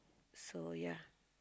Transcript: so yeah